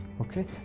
Okay